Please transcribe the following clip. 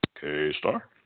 K-Star